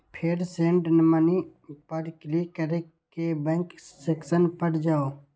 फेर send money पर click कैर के बैंक सेक्शन मे जाउ